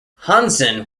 hansen